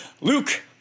Luke